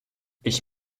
ich